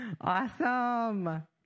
Awesome